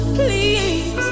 please